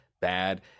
bad